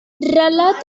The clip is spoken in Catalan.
relata